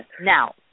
Now